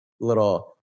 little